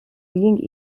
being